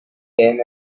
den